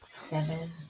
seven